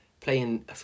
playing